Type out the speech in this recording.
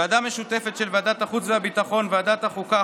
ועדה משותפת של ועדת החוץ והביטחון וועדת החוקה,